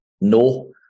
No